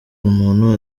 umuntu